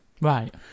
Right